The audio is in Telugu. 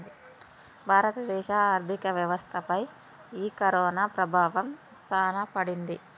భారత దేశ ఆర్థిక వ్యవస్థ పై ఈ కరోనా ప్రభావం సాన పడింది